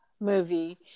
movie